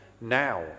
now